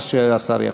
מה שהשר יחליט.